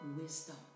wisdom